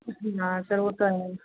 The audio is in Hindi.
जी हाँ सर वो तो है